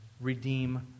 redeem